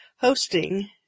hosting